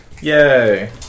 Yay